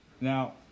Now